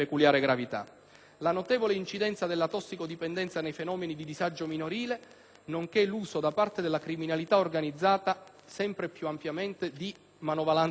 la notevole incidenza della tossicodipendenza nei fenomeni di disagio minorile, nonché l'uso da parte della criminalità organizzata, sempre più ampiamente, di manovalanza minorile.